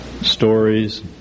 stories